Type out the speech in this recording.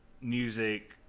music